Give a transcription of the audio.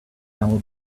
camel